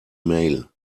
mail